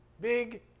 Big